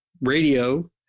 radio